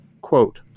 quote